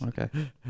Okay